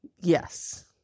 Yes